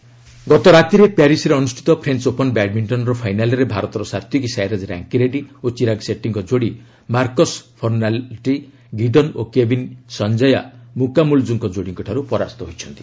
badminton ଗତରାତିରେ ପ୍ୟାରିସ୍ରେ ଅନୁଷ୍ଠିତ ଫ୍ରେଞ୍ ଓପନ୍ ବ୍ୟାଡ୍ମିକ୍ଷନ୍ର ଫାଇନାଲ୍ରେ ଭାରତର ସାତ୍ତିକ୍ସାଇରାଜ୍ ରାଙ୍କିରେଡ଼ୀ ଓ ଚିରାଗ୍ ସେଟିଙ୍କ ଯୋଡ଼ି ମାର୍କସ୍ ଫର୍ଷାଲ୍ଡି ଗିଡନ୍ ଓ କେବିନ୍ ସଞ୍ଜାୟା ସୁକାମୁଲ୍କୁ ଙ୍କ ଯୋଡ଼ିଠାରୁ ପରାସ୍ତ ହୋଇଛନ୍ତି